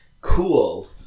Cool